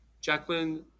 Jacqueline